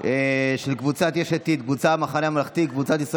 של קבוצת סיעת יש עתיד, חברי הכנסת יאיר